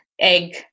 egg